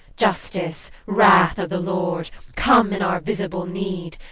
justice, wrath of the lord, come in our visible need!